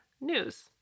news